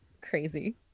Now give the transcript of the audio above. crazy